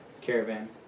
caravan